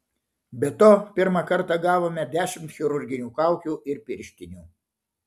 be to pirmą kartą gavome dešimt chirurginių kaukių ir pirštinių